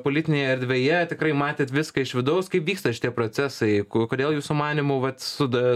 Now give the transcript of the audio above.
politinėje erdvėje tikrai matėt viską iš vidaus kaip vyksta šitie procesai ko kodėl jūsų manymu vat suda